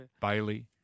Bailey